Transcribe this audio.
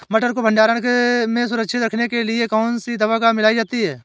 मटर को भंडारण में सुरक्षित रखने के लिए कौन सी दवा मिलाई जाती है?